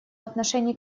отношении